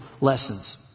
lessons